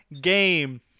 game